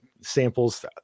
samples